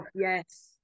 yes